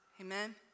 Amen